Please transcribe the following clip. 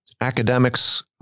academics